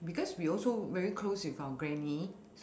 because we also very close with our granny